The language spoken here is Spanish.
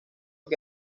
que